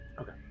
Okay